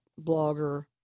blogger